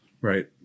right